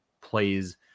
plays